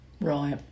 Right